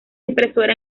impresora